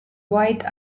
dwight